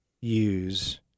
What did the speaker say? use